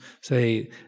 say